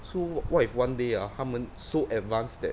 so what if one day ah 它们 so advanced that